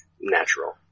natural